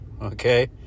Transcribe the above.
okay